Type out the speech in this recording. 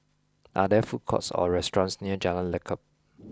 are there food courts or restaurants near Jalan Lekub